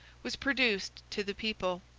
was produced to the people,